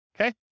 okay